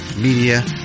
Media